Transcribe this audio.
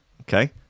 Okay